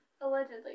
Allegedly